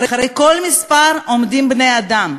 מאחורי כל מספר עומדים בני-אדם.